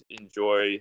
enjoy